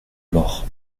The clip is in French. mort